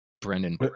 Brendan